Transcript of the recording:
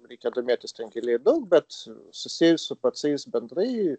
reikia domėtis ten giliai ir daug bet susiejus su pacais bendrai